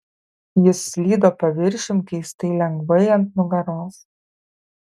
jis slydo paviršium keistai lengvai ant nugaros